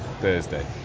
Thursday